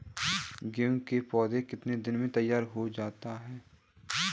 गेहूँ के पौधे कितने दिन में तैयार हो जाते हैं?